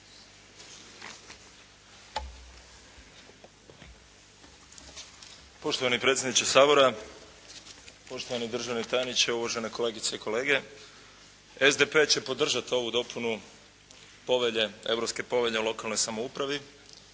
Poštovani predsjedniče Sabora, poštovani državni tajniče, uvažene kolegice i kolege. SDP će podržati ovu dopunu Europske povelje o lokalnoj samoupravi